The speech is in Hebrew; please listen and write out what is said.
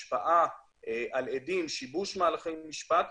השפעה על עדים, שיבוש מהלכי משפט.